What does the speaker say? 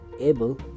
able